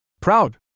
Proud